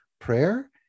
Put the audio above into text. prayer